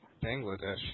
Bangladesh